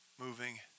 moving